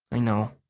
i know.